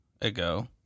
ago